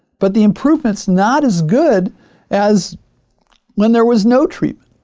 but the improvement's not as good as when there was no treatment.